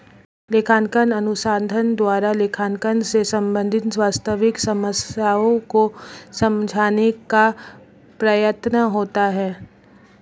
लेखांकन अनुसंधान द्वारा लेखांकन से संबंधित वास्तविक समस्याओं को समझाने का प्रयत्न होता है